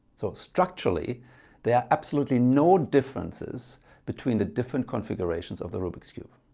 so structurally there are absolutely no differences between the different configurations of the rubik's cube.